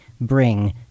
bring